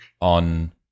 on